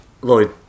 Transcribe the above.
Lloyd